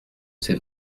c’est